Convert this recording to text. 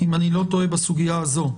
אם אני לא טועה בסוגיה הזאת,